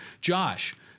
Josh